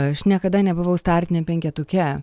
aš niekada nebuvau startiniam penketuke